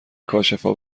کاشفا